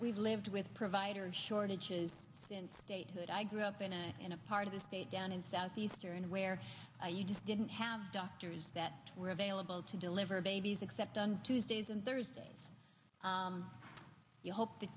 we've lived with providers shortages and statehood i grew up in a in a part of the state down in southeastern where you just didn't have doctors that were available to deliver babies except on tuesdays and thursdays you hope that